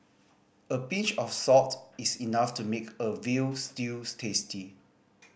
a pinch of salt is enough to make a veal stews tasty